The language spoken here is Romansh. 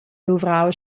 luvrau